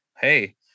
hey